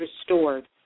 restored